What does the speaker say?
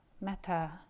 metta